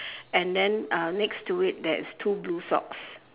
and then uh next to it there's two blue socks